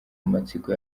amatsiko